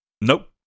Nope